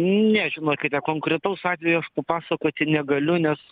ne žinokite konkretaus atvejo aš papasakoti negaliu nes